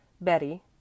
Betty